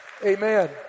Amen